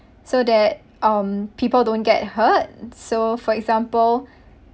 so that um people don't get hurt so for example